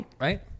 Right